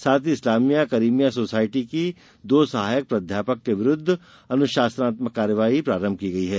साथ ही इस्लामिया करिमिया सोसायटी की दो सहायक प्राध्यापक के विरूध अनुशासनात्मक कार्यवाही प्रारंभ की गयी है